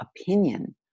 opinion